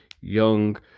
young